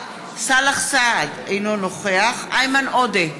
סאלח סעד, אינו נוכח איימן עודה,